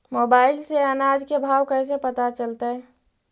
Mobile से अनाज के भाव कैसे पता चलतै?